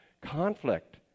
conflict